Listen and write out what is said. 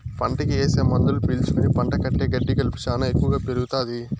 పంటకి ఏసే మందులు పీల్చుకుని పంట కంటే గెడ్డి కలుపు శ్యానా ఎక్కువగా పెరుగుతాది